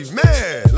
man